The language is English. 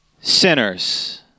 sinners